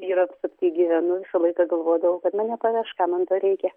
vyras pas jį gyvenu visą laiką galvodavau kad mane paveš kam man to reikia